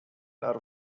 are